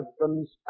husbands